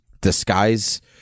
disguise